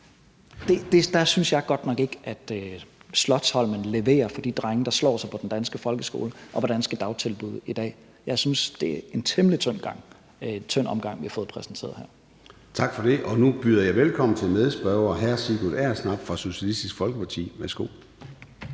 der synes jeg godt nok ikke, at Slotsholmen leverer for de drenge, der slår sig på den danske folkeskole og de danske dagtilbud i dag. Jeg synes, det er en temmelig tynd omgang, vi har fået præsenteret her. Kl. 13:56 Formanden (Søren Gade): Tak for det, og nu byder jeg velkommen til medspørger hr. Sigurd Agersnap fra Socialistisk Folkeparti. Værsgo.